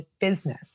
business